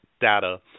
data